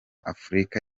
afurika